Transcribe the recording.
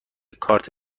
کارت